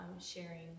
sharing